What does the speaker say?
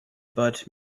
but